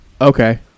okay